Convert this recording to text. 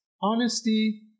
honesty